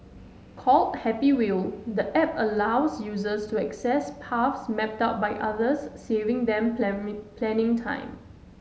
called Happy Wheel the app allows users to access paths mapped out by others saving them planning planning time